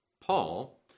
Paul